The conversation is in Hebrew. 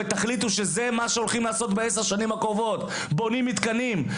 ותחליטו שזה מה שהולכים לעשות בעשר השנים הקרובות: בונים מתקנים,